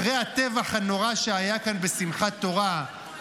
אחרי הטבח הנורא שהיה כאן בשמחת תורה,